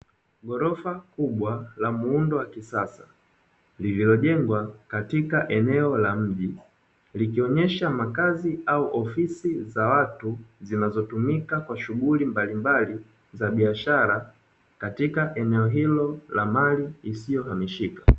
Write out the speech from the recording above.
Ghorofa kubwa la muundo wa kisasa lililojengwa katika eneo la mji. Likionyesha makazi au ofisi za watu zinazotumika katika shughuli mbalimbali za biashara katika eneo hilo la mali isiyohamishika.